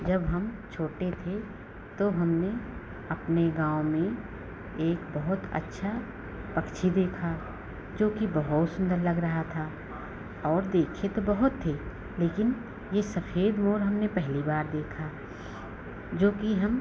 जब हम छोटे थे तो हमने अपने गाँव में एक बहुत अच्छी पक्षी देखी जो कि बहुत सुन्दर लग रहा था और देखे तो बहुत थे लेकिन यह सफे़द मोर हमने पहली बार देखा जो कि हम